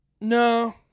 No